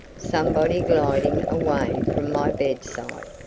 somebody gliding away from my bedside,